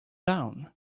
down